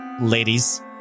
ladies